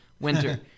winter